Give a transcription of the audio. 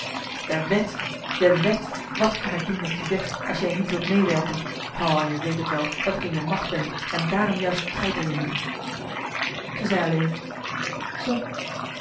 de wet de wet wat kan ik doen met die wet als jij niet wilt meewerken o je weet t wel dat ik in je macht ben en daarom juist treiter je me ze zei alleen zoo